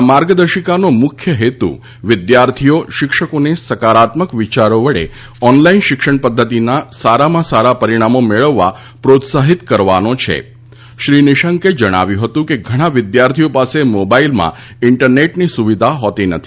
આ માર્ગદર્શિકાનો મુખ્ય હેતુ વિદ્યાર્થીઓ શિક્ષકોને સકારાત્મક વિચારોવડે ઓનલાઈન શિક્ષણ પદ્ધતિના સારામાં સારા પરિણામો મેળવવા પ્રોત્સાહિત કરવાનો છી શ્રી નિશંકે જણાવ્યું હતું કે ઘણા વિદ્યાર્થીઓ પાસે મોબાઈલમાં ઈન્ટરનેટની સુવિધા હોતી નથી